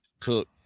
took